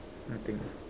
what thing